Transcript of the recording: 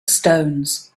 stones